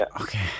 Okay